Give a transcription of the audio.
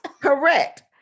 correct